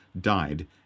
died